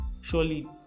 surely